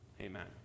Amen